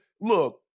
Look